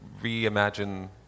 reimagine